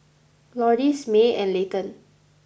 Lourdes May and Layton